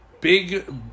Big